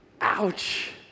Ouch